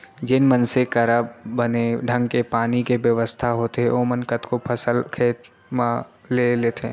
जेन मनसे करा बने ढंग के पानी के बेवस्था होथे ओमन कतको फसल अपन खेत म ले लेथें